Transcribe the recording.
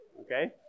okay